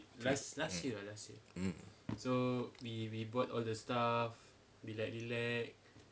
mm mm